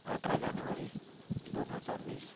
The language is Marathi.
अठरा जानेवारी दोन हजार वीस